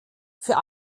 für